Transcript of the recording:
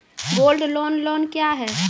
Gold loan loan क्या हैं?